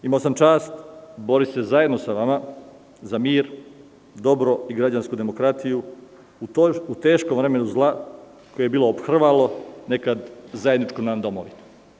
Imao sam čast boriti se zajedno sa vama za mir, dobro i građansku demokratiju u teškom vremenu zla koje je bilo ophrvalo nekad zajedničku nam domovinu.